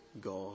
God